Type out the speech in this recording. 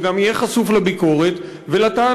וגם יהיה חשוף לביקורת ולטענות.